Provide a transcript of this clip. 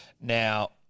Now